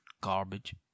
garbage